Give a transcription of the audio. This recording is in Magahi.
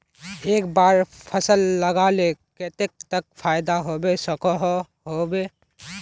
एक बार फसल लगाले कतेक तक फायदा होबे सकोहो होबे?